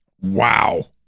Wow